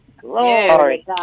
Glory